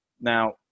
Now